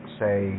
say